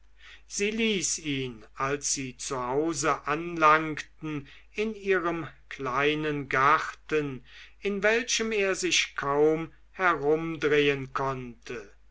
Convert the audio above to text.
sie ließ ihn als sie zu hause anlangten in ihrem kleinen garten in welchem er sich kaum herumdrehen konnte